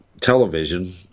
television